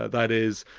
that is,